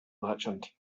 merchant